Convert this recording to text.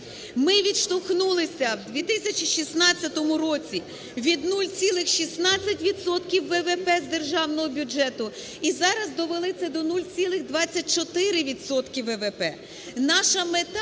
Ми відштовхнулися у 2016 році від 0,16 відсотків ВВП з державного бюджету і зараз довели це до 0,24